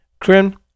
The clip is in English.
Krim